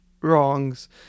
wrongs